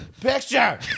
picture